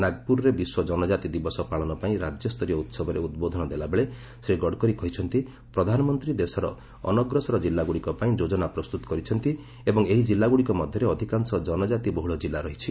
ନାଗପୁରରେ ବିଶ୍ୱ ଜନଜାତି ଦିବସ ପାଳନ ପାଇଁ ରାଜ୍ୟସରୀୟ ଉହବରେ ଉଦ୍ବୋଧନ ଦେଲାବେଳେ ଶ୍ରୀ ଗଡ଼କରି କହିଛନ୍ତି ପ୍ରଧାନମନ୍ତ୍ରୀ ଦେଶର ଅନଗ୍ରସର ଜିଲ୍ଲାଗୁଡ଼ିକ ପାଇଁ ଯୋକନା ପ୍ରସ୍ତୁତ କରିଛନ୍ତି ଏବଂ ଏହି କିଲ୍ଲାଗୁଡ଼ିକ ମଧ୍ୟରେ ଅଧିକାଂଶ ଜନଜାତି ବହୁଳ ଜିଲ୍ଲା ରହିଛି